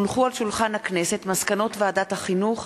הונחו על שולחן הכנסת מסקנות ועדת החינוך,